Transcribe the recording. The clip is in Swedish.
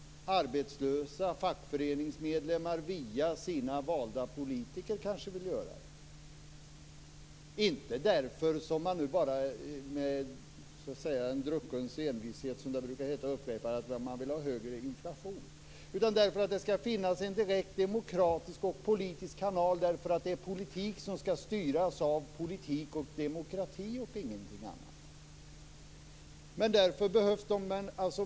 Arbetslösa och fackföreningsmedlemmar, via sina valda politiker, kanske vill göra det - inte därför att de, som man med en druckens envishet upprepar, vill ha högre inflation, utan därför att det skall finnas en direkt demokratisk och politisk kanal eftersom detta är politik som skall styras av politik och demokrati och ingenting annat.